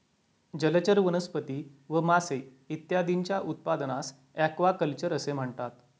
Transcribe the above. जलचर वनस्पती व मासे इत्यादींच्या उत्पादनास ॲक्वाकल्चर असे म्हणतात